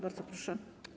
Bardzo proszę.